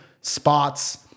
spots